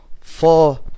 four